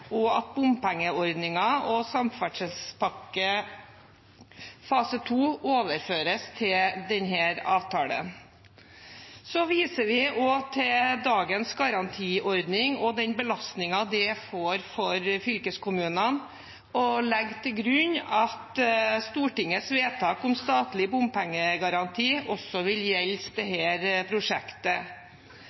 og at bompengeordningen og samferdselspakke fase 2 overføres til denne avtalen. Vi viser også til dagens garantiordning og den belastningen det blir for fylkeskommunene, og legger til grunn at Stortingets vedtak om statlig bompengegaranti også vil gjelde dette prosjektet. Nå inngår prosjektet